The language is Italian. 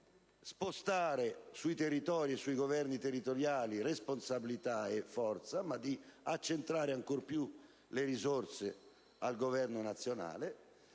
spostare sui territori e sui governi territoriali responsabilità e forza, ma di accentrare ancora più le risorse al Governo nazionale,